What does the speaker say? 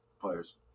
players